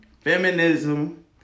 feminism